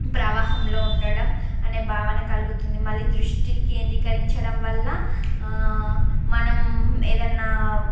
ప్రవాహంలో ఉండడం అనే భావన కలుగుతుంది మళ్ళీ దృష్టి కేంద్రీకరించడం వల్ల మనం ఏదన్నా